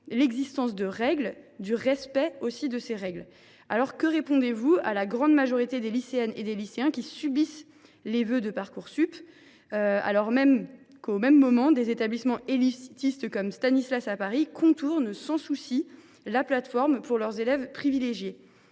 l’existence de règles et du respect de ces règles ». Dès lors, que répondez vous à la grande majorité des lycéennes et des lycéens qui subissent les vœux de Parcoursup alors que, au même moment, des établissements élitistes comme Stanislas, à Paris, contournent sans vergogne la plateforme pour leurs élèves privilégiés ?